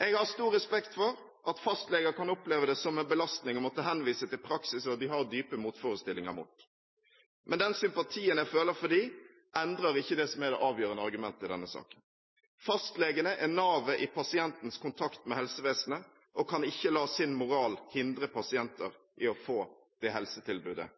Jeg har stor respekt for at fastleger kan oppleve det som en belastning å måtte henvise til praksiser de har dype motforestillinger mot. Men den sympatien jeg føler for dem, endrer ikke det avgjørende argumentet i denne saken: Fastlegene er navet i pasientens kontakt med helsevesenet og kan ikke la sin moral hindre pasienter i å få det helsetilbudet